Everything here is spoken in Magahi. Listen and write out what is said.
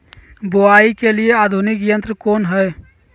बुवाई के लिए आधुनिक यंत्र कौन हैय?